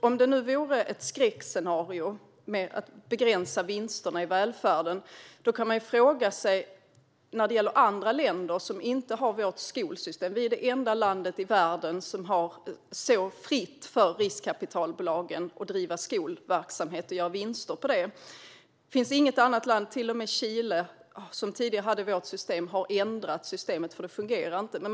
Om det nu vore ett skräckscenario att begränsa vinsterna i välfärden kan man ju fråga sig hur det är i andra länder som inte har vårt skolsystem. Vi är det enda landet i världen där riskkapitalbolag så fritt kan driva skolverksamhet och göra vinster på det. Det finns inte i något annat land. Till och med Chile, som tidigare hade vårt system, har ändrat systemet eftersom det inte fungerade.